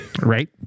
Right